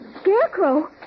scarecrow